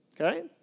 Okay